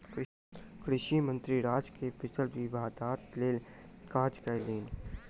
कृषि मंत्री राज्य मे फसिल विविधताक लेल काज कयलैन